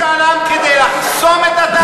אתם רוצים משאל עם כדי לחסום את התהליך המדיני או,